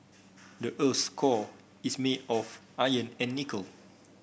the earth's core is made of iron and nickel